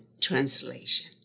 translation